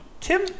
Tim